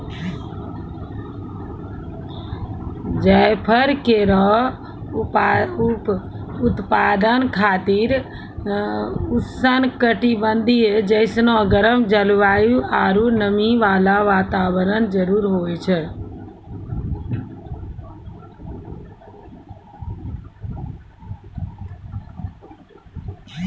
जायफल केरो उत्पादन खातिर उष्ण कटिबंधीय जैसनो गरम जलवायु आरु नमी वाला वातावरण जरूरी होय छै